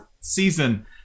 season